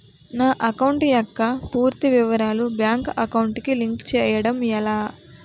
నా అకౌంట్ యెక్క పూర్తి వివరాలు బ్యాంక్ అకౌంట్ కి లింక్ చేయడం ఎలా?